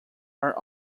are